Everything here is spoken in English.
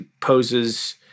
poses